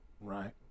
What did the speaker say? right